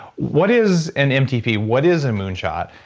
what is an mtp? what is a moonshot?